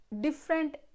different